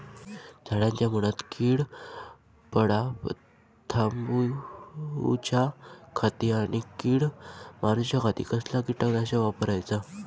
झाडांच्या मूनात कीड पडाप थामाउच्या खाती आणि किडीक मारूच्याखाती कसला किटकनाशक वापराचा?